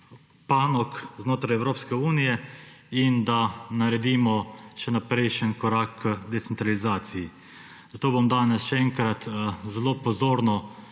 panog znotraj Evropske unije in da naredimo še korak naprej k decentralizaciji, zato bom danes še enkrat zelo pozornost